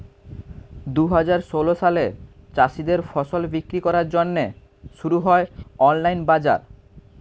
দুহাজার ষোল সালে চাষীদের ফসল বিক্রি করার জন্যে শুরু হয় অনলাইন বাজার